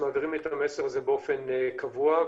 מעבירים את המסר הזה באופן קבוע,